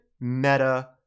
meta